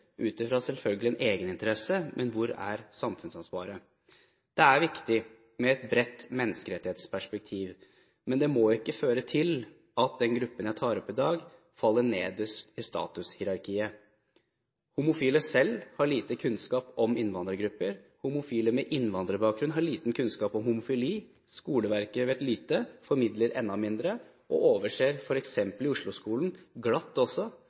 selvfølgelig ut fra en egeninteresse. Men hvor er samfunnsansvaret? Det er viktig med et bredt menneskerettighetsperspektiv, men det må ikke føre til at den gruppen jeg omtaler i dag, faller nederst i statushierarkiet. Homofile selv har liten kunnskap om innvandrergrupper, og homofile med innvandrerbakgrunn har liten kunnskap om homofili. Skoleverket vet lite og formidler enda mindre, og f.eks. i Oslo-skolen overser man glatt